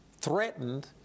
threatened